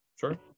sure